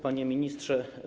Panie Ministrze!